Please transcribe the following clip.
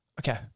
okay